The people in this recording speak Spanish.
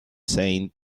saint